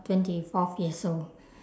twenty fourth years old